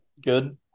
good